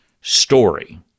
story